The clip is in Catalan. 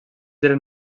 eren